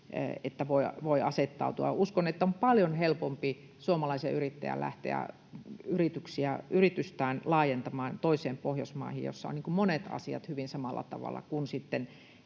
että voi asettautua. Uskon, että on paljon helpompi suomalaisen yrittäjän lähteä yritystään laajentamaan toisiin Pohjoismaihin, joissa on monet asiat hyvin samalla tavalla, kuin sitten